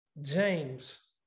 James